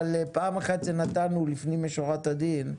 פעם אחת נתנו לפנים משורת הדין,